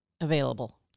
available